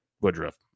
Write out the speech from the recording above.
Woodruff